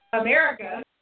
America